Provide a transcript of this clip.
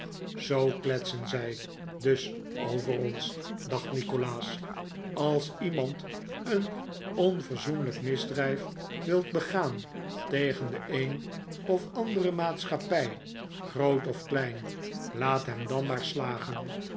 zoo kletsen zij dus over ons dacht nikolaas als iemand een onverzoenlijk misdrijf wil begaan tegen de een of andere maatschappij groot of klein laat hem dan maar slagen